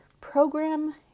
program